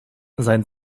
sein